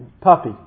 puppy